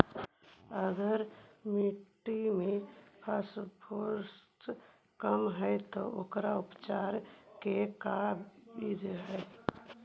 अगर मट्टी में फास्फोरस कम है त ओकर उपचार के का बिधि है?